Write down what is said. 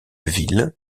villes